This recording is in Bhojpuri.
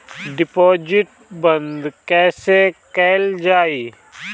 डिपोजिट बंद कैसे कैल जाइ?